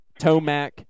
Tomac